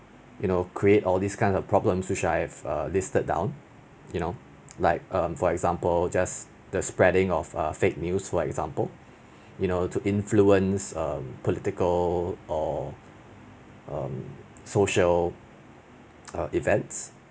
you know create all this kind of problems which I have err listed down you know like um for example just the spreading of err fake news for example you know to influence or um political or um social err event